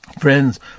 Friends